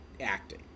acting